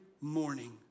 morning